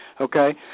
okay